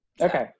okay